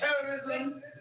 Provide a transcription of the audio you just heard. terrorism